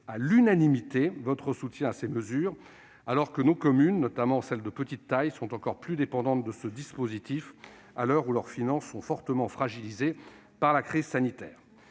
à l'unanimité, votre soutien à ces mesures, alors que nos communes, notamment celles de petite taille, sont encore plus dépendantes de ce dispositif à l'heure où leurs finances ont été fortement fragilisées par la crise sanitaire.